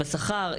בשכר,